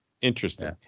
Interesting